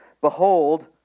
behold